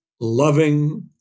loving